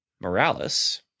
Morales